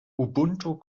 ubuntu